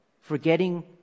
Forgetting